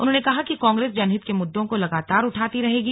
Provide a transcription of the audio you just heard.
उन्होंने कहा कि कांग्रेस जनहित के मुद्दों को लगातार उठाती रहेगी